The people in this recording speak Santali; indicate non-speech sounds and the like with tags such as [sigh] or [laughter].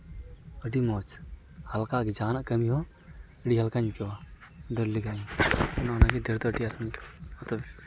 ᱟᱹᱰᱤ ᱢᱚᱡᱽ ᱦᱟᱞᱠᱟ ᱜᱮ ᱡᱟᱦᱟᱱᱟᱜ ᱠᱟᱹᱢᱤ ᱦᱚᱸ ᱟᱹᱰᱤ ᱦᱟᱞᱠᱟᱧ ᱟᱹᱭᱠᱟᱹᱣᱟ ᱫᱟᱹᱲ ᱞᱮᱠᱷᱟᱱ [unintelligible]